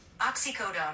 Oxycodone